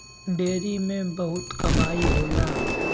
dairy में बहुत कमाई होला